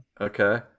Okay